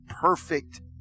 Perfect